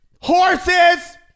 Horses